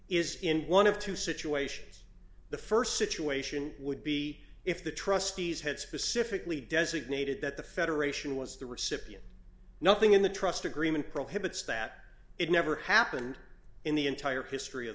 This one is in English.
is in one of two situations the st situation would be if the trustees had specifically designated that the federation was the recipient nothing in the trust agreement prohibits that it never happened in the entire history of